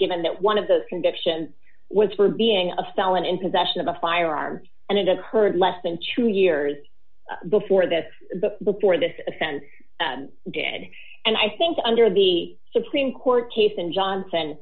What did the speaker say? given that one of the conviction was for being a felon in possession of a firearm and it occurred less than two years before this before this offense did and i think under the supreme court case and johnson